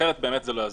אחרת זה לא יזוז.